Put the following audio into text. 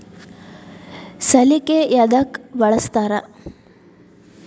ಸಲಿಕೆ ಯದಕ್ ಬಳಸ್ತಾರ?